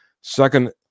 Second